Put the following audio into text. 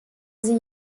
sie